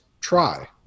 try